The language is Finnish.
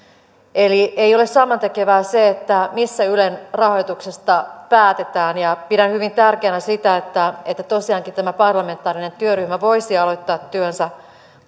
ei ole samantekevää se missä ylen rahoituksesta päätetään pidän hyvin tärkeänä sitä että että tosiaankin tämä parlamentaarinen työryhmä voisi aloittaa työnsä